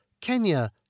Kenya